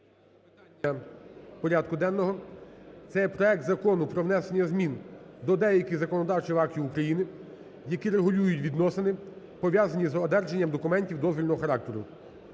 питання порядку денного. Це є проект Закону про внесення змін до деяких законодавчих актів України, які регулюють відносини, пов'язані з одержанням документів дозвільного характеру